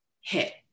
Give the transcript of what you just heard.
hit